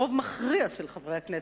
רוב מכריע של חברי הכנסת.